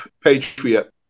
Patriot